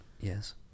Yes